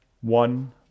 one